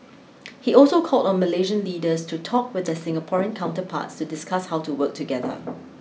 he also called on Malaysian leaders to talk with their Singaporean counterparts to discuss how to work together